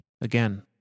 Again